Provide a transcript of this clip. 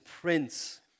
Prince